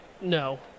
No